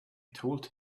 told